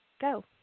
Go